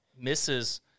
misses